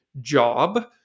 job